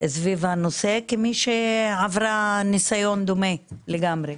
סביב הנושא, כמי שעברה ניסיון דומה לגמרי.